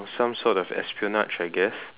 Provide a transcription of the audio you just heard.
some sort of espionage I guess